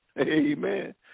Amen